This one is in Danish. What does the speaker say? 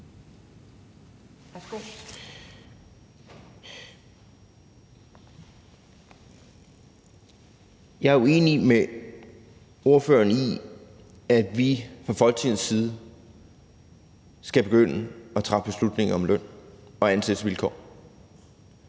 Jeg er uenig med ordføreren i, at vi fra Folketingets side skal begynde at træffe beslutninger om løn og ansættelsesvilkår.